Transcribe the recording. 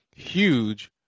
Huge